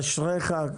אשריך.